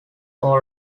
all